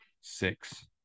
six